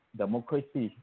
democracy